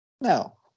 No